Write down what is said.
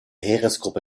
heeresgruppe